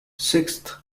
sixth